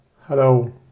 Hello